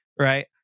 right